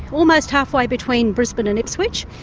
almost halfway between brisbane and ipswich,